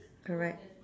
correct